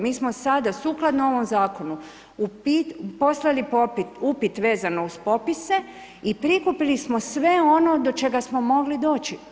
Mi smo sada sukladno ovom zakonu, poslali upit vezano uz popise i prikupili smo sve ono do čega smo mogli doći.